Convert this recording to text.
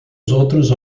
outros